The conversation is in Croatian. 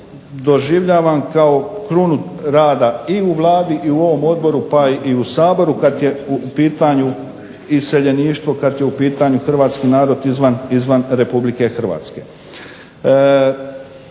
doživljavam kao krunu rada i u Vladi i u ovom odboru pa i u Saboru kada je u pitanju iseljeništvo kada je u pitanju hrvatski narod izvan RH. Uloga Sabora